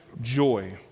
Joy